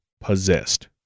possessed